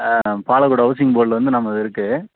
ஆ Palacode housing போர்டில் வந்து நம்மளது இருக்குது